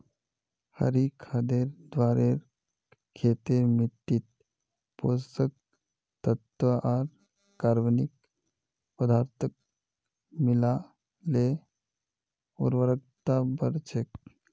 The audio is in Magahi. हरी खादेर द्वारे खेतेर मिट्टित पोषक तत्त्व आर कार्बनिक पदार्थक मिला ल उर्वरता बढ़ छेक